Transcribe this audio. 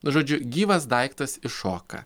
nu žodžiu gyvas daiktas iššoka